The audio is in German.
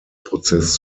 prozess